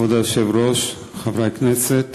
כבוד היושב-ראש, חברי הכנסת,